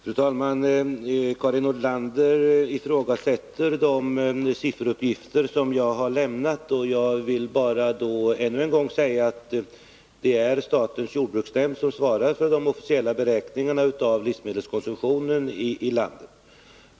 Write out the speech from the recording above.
Fru talman! Karin Nordlander ifrågasätter de sifferuppgifter som jag har lämnat. Jag vill då bara ännu en gång säga att det är statens jordbruksnämnd som svarar för de officiella beräkningarna av livsmedelskonsumtionen i landet.